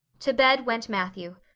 to bed went matthew.